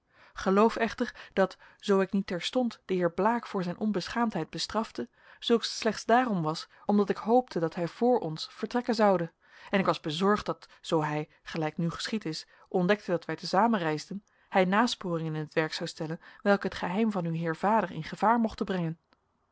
geloof echter dat zoo ik niet terstond den heer blaek voor zijn onbeschaamdheid bestrafte zulks slechts daarom was omdat ik hoopte dat hij vr ons vertrekken zoude en ik was bezorgd dat zoo hij gelijk nu geschied is ontdekte dat wij te zamen reisden hij nasporingen in t werk zou stellen welke het geheim van uw heer vader in gevaar mochten brengen